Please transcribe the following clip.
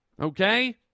Okay